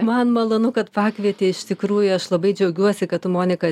man malonu kad pakvietei iš tikrųjų aš labai džiaugiuosi kad tu monika